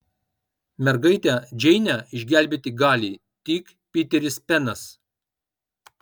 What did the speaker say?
mergaitę džeinę išgelbėti gali tik piteris penas